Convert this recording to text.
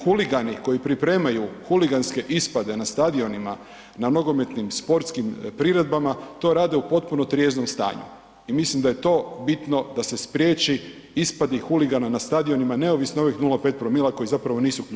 Huligani koji pripremaju huliganske ispade na stadionima, na nogometnim, sportskim priredbama, to rade u potpuno trijeznom stanju i mislim da je to bitno da se spriječi ispadi huligana na stadionima neovisno o ovih 0,5 promila koji zapravo nisu ključni.